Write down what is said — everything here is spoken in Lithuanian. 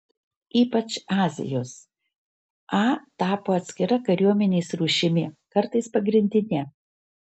ypač azijos a tapo atskira kariuomenės rūšimi kartais pagrindine